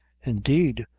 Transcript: indeed,